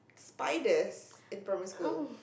spiders in primary school